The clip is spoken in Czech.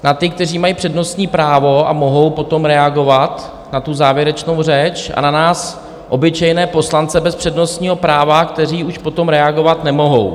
Na ty, kteří mají přednostní právo a mohou potom reagovat na tu závěrečnou řeč, a na nás obyčejné poslance bez přednostního práva, kteří už potom reagovat nemohou.